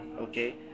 okay